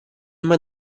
mai